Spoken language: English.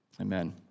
Amen